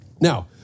Now